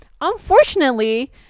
Unfortunately